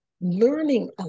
learning